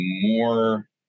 more